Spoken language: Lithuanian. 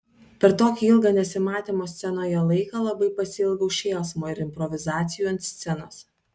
per tokį ilgą nesimatymo scenoje laiką labai pasiilgau šėlsmo ir improvizacijų ant scenos